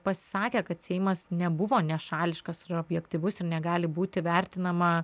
pasisakė kad seimas nebuvo nešališkas ir objektyvus ir negali būti vertinama